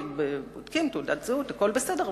כי בודקים תעודת זהות והכול בסדר,